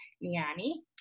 Niani